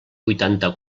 vuitanta